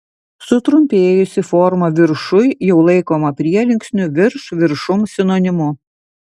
sutrumpėjusi forma viršuj jau laikoma prielinksnių virš viršum sinonimu